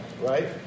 right